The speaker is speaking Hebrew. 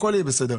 הכול יהיה בסדר.